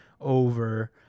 over